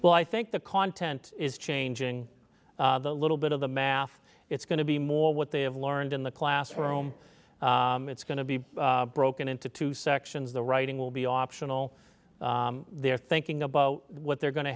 well i think the content is changing the little bit of the math it's going to be more what they have learned in the classroom it's going to be broken into two sections the writing will be optional they're thinking about what they're going to